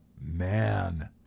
Man